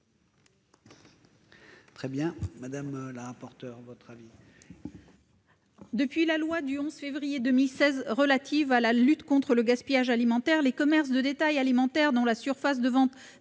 l'avis de la commission ? Depuis la loi du 11 février 2016 relative à la lutte contre le gaspillage alimentaire, les commerces de détail alimentaires dont la surface de vente